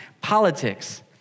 politics